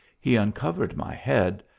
he un covered my head,